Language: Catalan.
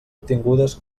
obtingudes